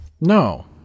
No